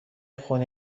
خونه